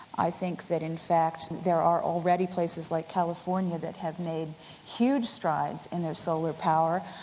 i think that in fact there are already places like california that have made huge strides in their solar power.